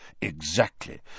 Exactly